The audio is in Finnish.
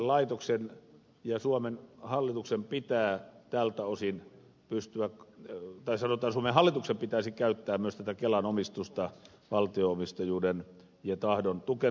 kansaneläkelaitoksen ja suomen hallituksen pitää tältä osin pystyä tai sanotaan suomen hallituksen pitäisi käyttää myös tätä kelan omistusta valtio omistajuuden ja tahdon tukena